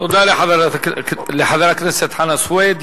תודה לחבר הכנסת חנא סוייד.